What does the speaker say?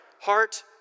heart